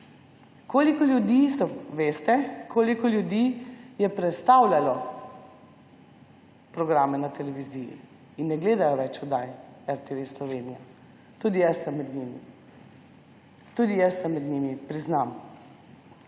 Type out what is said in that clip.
koliko ljudi je prestavljalo programe na televiziji in ne gledajo več oddaj RTV Slovenija. Tudi jaz sem med njimi. Tudi jaz sem med njimi, priznam.